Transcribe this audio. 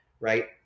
right